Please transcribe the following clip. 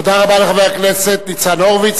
תודה רבה לחבר הכנסת ניצן הורוביץ.